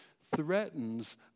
threatens